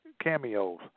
cameos